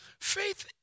Faith